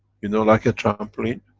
you know, like a trampoline?